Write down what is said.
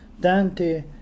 Dante